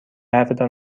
حرفتان